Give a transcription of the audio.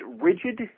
rigid